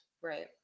right